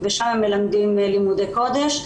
ושם הם מלמדים לימודי קודש.